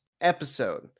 episode